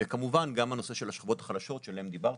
וכמובן, גם הנושא של השכבות החלשות שעליהן דיברתם.